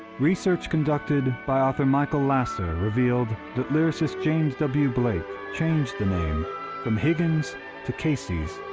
research conducted by author michael lasser revealed that lyricist james w. blake changed the name from higgins' to casey's,